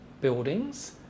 buildings